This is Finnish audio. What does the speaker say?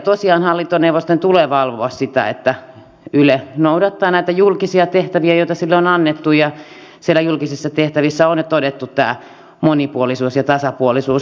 tosiaan hallintoneuvoston tulee valvoa sitä että yle noudattaa näitä julkisia tehtäviä joita sille on annettu ja siellä julkisissa tehtävissä on todettu tämä monipuolisuus ja tasapuolisuus